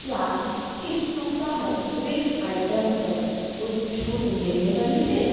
क्या इस सप्ताह ड्रिंक्स आइटम पर कोई छूट मिलने वाली है